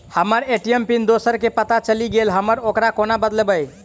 हम्मर ATM PIN दोसर केँ पत्ता चलि गेलै, हम ओकरा कोना बदलबै?